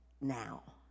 now